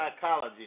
psychology